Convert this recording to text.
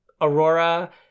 aurora